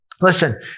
listen